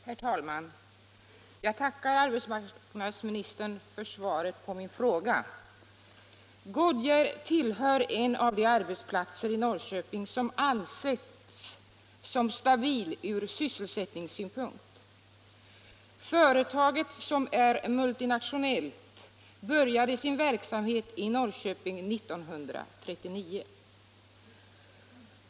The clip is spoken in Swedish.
arbetsmarknaden i Herr talman! Jag tackar arbetsmarknadsministern för svaret på min - Norrköpingsregiofråga. nen Goodyear är en av de arbetsplatser i Norrköping som ansetts stabil ur sysselsättningssynpunkt. Företaget, som är multinationellt, började sin verksamhet i Norrköping 1939.